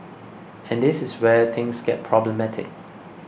and this is where things get problematic